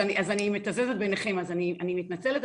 אז אני מתזזת בינכם אני מתנצלת,